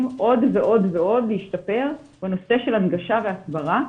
עוד ועוד להשתפר בנושא של הנגשה והסברה,